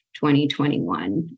2021